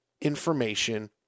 information